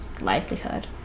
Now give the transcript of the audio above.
livelihood